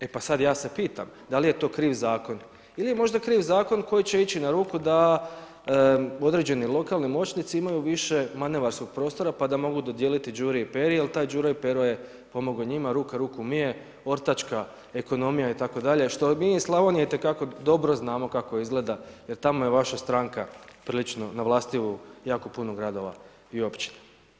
E pa sad ja se pitam da li je to kriv zakon ili je možda kriv zakon koji će ići na ruku da određeni lokalni moćnici imaju više manevarskog prostora pa da mogu dodijeliti Đuri i Peri, jer taj Đuro i Pero je pomogo njima, ruka ruku mije, ortačka ekonomija itd. što mi iz Slavonije itekako dobro znamo kako izgleda, jer tamo je vaša stranka prilično na vlasti u jako puno gradova i općina.